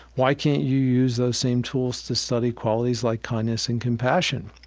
why can't you use those same tools to study qualities like kindness and compassion?